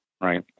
Right